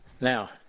Now